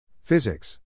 Physics